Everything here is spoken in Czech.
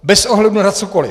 Bez ohledu na cokoliv.